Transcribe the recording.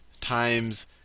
times